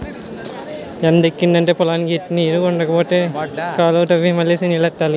ఎండెక్కిదంటే పొలానికి ఎట్టిన నీరు ఎండిపోద్దేమో అని కాలువ తవ్వి మళ్ళీ నీల్లెట్టాను